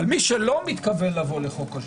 אבל מי שלא מתכוון לבוא במסגרת חוק השבות,